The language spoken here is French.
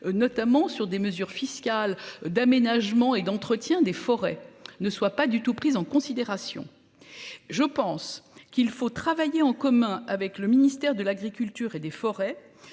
notamment sur des mesures fiscales d'aménagement et d'entretien des forêts ne soit pas du tout pris en considération. Je pense qu'il faut travailler en commun avec le ministère de l'agriculture et des forêts